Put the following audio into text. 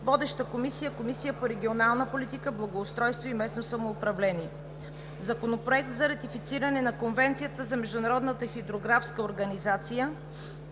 Водеща е Комисията по регионална политика, благоустройство и местно самоуправление. Законопроект за ратифициране на Конвенцията за международната хидрографска организация.